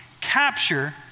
capture